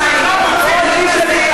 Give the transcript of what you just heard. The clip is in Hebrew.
שב,